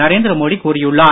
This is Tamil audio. நரேந்திரமோடி கூறியுள்ளார்